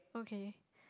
okay